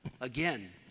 Again